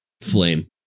flame